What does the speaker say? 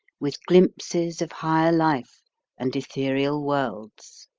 with glimpses of higher life and ethereal worlds.